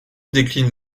décline